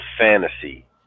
fantasy